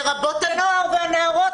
לרבות הנוער והנערות?